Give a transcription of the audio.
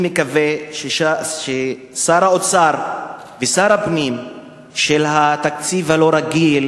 אני מקווה ששר האוצר ושר הפנים של התקציב הלא-רגיל